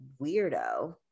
weirdo